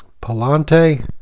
Palante